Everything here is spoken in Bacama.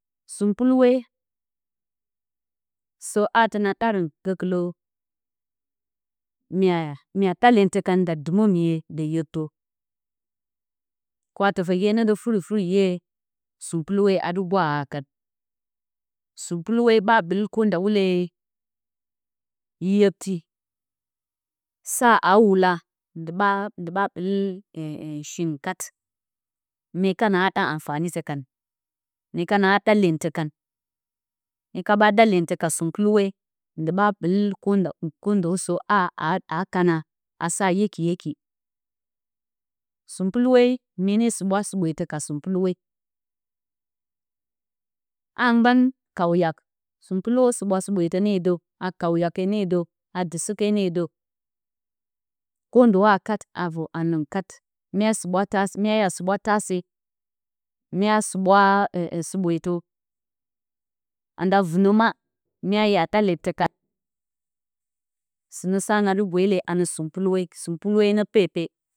Sunpuluwe sǝ a ta ɗarǝn gǝ mya ɗa lyentǝ kan nda dɨmǝ miye dǝ rektǝ. Kwa-tǝfǝgye nǝ dǝ furi-furi 'ye sunpuluwe dɨ kwaha kan. Sunpuluwe ɓa ɓɨl kondo rekti. sa aa wula ndi ɓa ɓɨl shingɨn kat mye kana ɗa kan. mye kana ɗa lyentǝ kan. Hye ka ɓa ɗa lyentǝ ka sunpuluwe, ndi ɓa ɓɨl ndo sǝ a aa kana. A sa reki reki. Sunpuluwe mye ne suɓwa suɓweetǝ ka sunpuluwe, a mgban kawyak, sunpuluwǝ suɓwa suɓweetǝ ne dǝ. A kawyake ne dǝ, a dɨksɨke ne dǝ. kon ndo a kat, a vor angɨn kat mya suɓwa ya suɓwa. mya suɓwa suɓweetǝ. Anda vɨnǝ ma mya ɗa lyentǝ kan. Sɨnǝ sa na dɨ bweele a nǝ sunpuluwe. Sunpuluwe nǝ pepe.